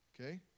okay